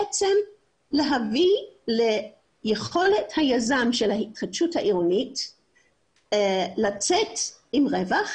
להביא ליכולת היזם של ההתחדשות העירונית לצאת עם רווח